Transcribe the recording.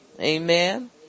Amen